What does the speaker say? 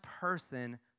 person